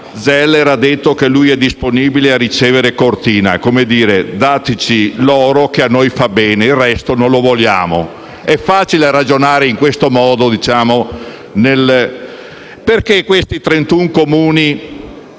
Zeller ha detto che è disponibile a ricevere Cortina, come a dire: dateci l'oro che a noi fa bene, ma il resto non lo vogliamo. È facile ragionare in questo modo. Perché questi trentuno